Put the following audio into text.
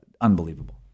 unbelievable